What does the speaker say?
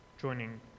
joining